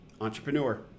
entrepreneur